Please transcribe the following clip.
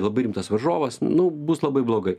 labai rimtas varžovas nu bus labai blogai